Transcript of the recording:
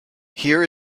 here